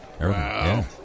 Wow